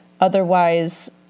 otherwise